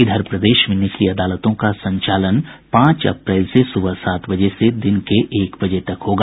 इधर प्रदेश में निचली अदालतों का संचालन पांच अप्रैल से सुबह सात बजे से दिन के एक बजे तक होगा